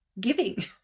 giving